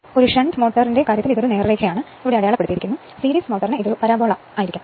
shunt മോട്ടോറിന് ഇത് നേർരേഖയാണ് ഇത് ഇവിടെ അടയാളപ്പെടുത്തിയിരിക്കുന്നു സീരീസ് മോട്ടോറിന് ഇത് പരാബോളയാണ്